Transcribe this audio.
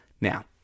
Now